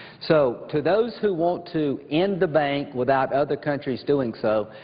so, to those who want to end the bank without other countries doing so,